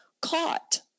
caught